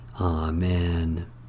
Amen